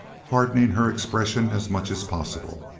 hardening her expression as much as possible.